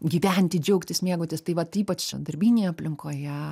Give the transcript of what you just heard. gyventi džiaugtis mėgautis tai vat ypač darbinėje aplinkoje